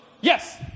Yes